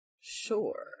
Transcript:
Sure